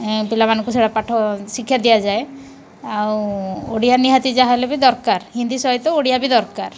ପିଲାମାନଙ୍କୁ ସେଇଟା ପାଠ ଶିକ୍ଷା ଦିଆଯାଏ ଆଉ ଓଡ଼ିଆ ନିହାତି ଯାହାହେଲେ ବି ଦରକାର ହିନ୍ଦୀ ସହିତ ଓଡ଼ିଆ ବି ଦରକାର